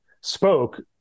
spoke